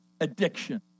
addiction